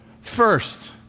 first